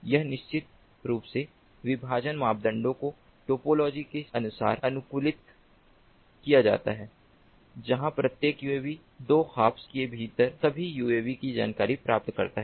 यह निश्चित रूप से विभाजन मापदंडों को टोपोलॉजी के अनुसार अनुकूलित किया जाता है जहां प्रत्येक यूएवी 2 हॉप्स के भीतर सभी यूएवी की जानकारी प्राप्त करता है